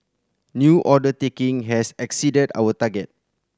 new order taking has exceeded our target